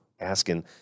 asking